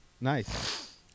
Nice